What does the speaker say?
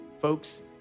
folks